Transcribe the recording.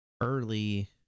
early